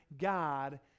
God